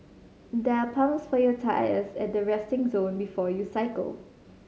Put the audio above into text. there are pumps for your tyres at the resting zone before you cycle